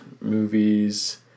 movies